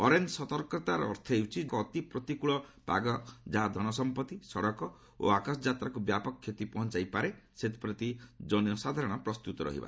orange ସତର୍କତାର ଅର୍ଥ ହେଉଛି ଏକ ଅତି ପ୍ରତିକୃଳ ପାଗ ଯାହା ଧନସମ୍ପତ୍ତି ସଡକ ଓ ଆକାଶଯାତ୍ରାକୁ ବ୍ୟାପକ କ୍ଷତି ପହଞ୍ଚାଇ ପାରେ ସେଥିପ୍ରତି ଜନସାଧାରଣ ପ୍ରସ୍ତୁତ ରହିବା